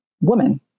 woman